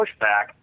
pushback